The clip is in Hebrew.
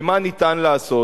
ומה ניתן לעשות.